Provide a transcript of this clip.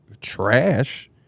trash